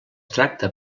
tracta